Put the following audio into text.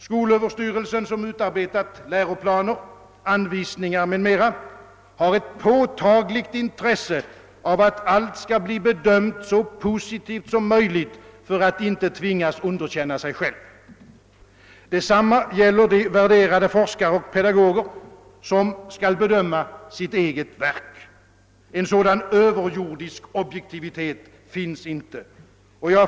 Skolöverstyrelsen som utarbetat läroplaner, anvisningar m.m. har ett påtagligt intresse av att allt skall. bli bedömt så positivt som möjligt för att inte tvingas underkänna sig själv. Detsamma gäller de värderade forskare och pedagoger som skall bedöma sitt eget verk. En sådan överjordisk objektivitet finns inte.